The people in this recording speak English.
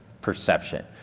perception